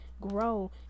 grow